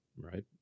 right